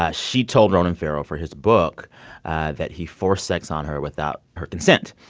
ah she told ronan farrow for his book that he forced sex on her without her consent.